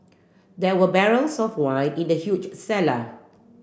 there were barrels of wine in the huge cellar